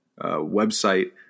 website